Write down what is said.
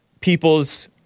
people's